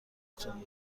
تون